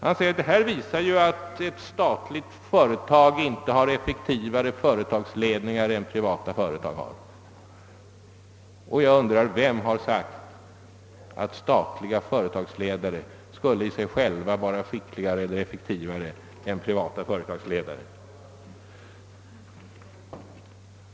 Han säger att detta visar att ett statligt företag inte har effektivare ledning än vad de privata företagen har. Jag undrar då: Vem har sagt att statliga företagsledare i sig själva skulle vara skickligare eller effektivare än privata företagsledare?